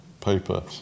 paper